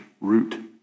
root